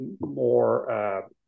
more